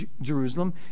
jerusalem